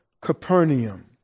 Capernaum